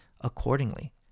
accordingly